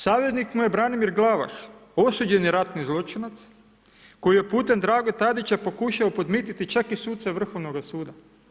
Saveznik mu je Branimir Glavaš, osuđeni ratni zločinac koji je putem Drage Tadića pokušao podmititi čak i suca Vrhovnoga suda.